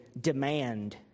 demand